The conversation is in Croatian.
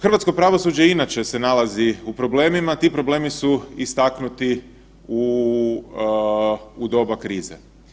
Hrvatsko pravosuđe inače se nalaze u problemima, ti problemi su istaknuti u doba krize.